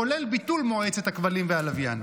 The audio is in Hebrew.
כולל ביטול מועצת הכבלים והלוויין.